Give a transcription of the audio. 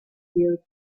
tail